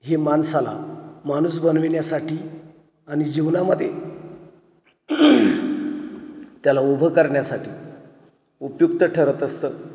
हे माणसाला माणूस बनविण्यासाठी आणि जीवनामध्ये त्याला उभं करण्यासाठी उपयुक्त ठरत असतं